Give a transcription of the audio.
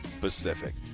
Pacific